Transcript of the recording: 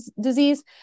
disease